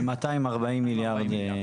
זה 240 מיליארד.